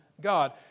God